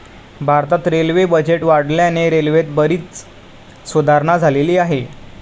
भारतात railway budget वाढल्याने रेल्वेत बरीच सुधारणा झालेली आहे